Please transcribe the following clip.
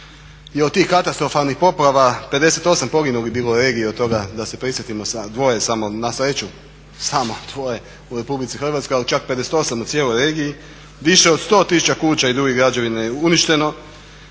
je od tih katastrofalnih poplava 58 poginulih bilo u regiji od toga da se prisjetimo dvoje samo, nasreću samo dvoje u Republici Hrvatskoj ali čak 58 na cijeloj regiji. Više od 100 tisuća kuća i drugih građevina je uništeno.